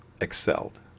excelled